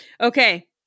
Okay